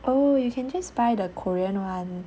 oh you can just by the korean [one]